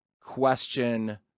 question